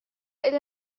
إلى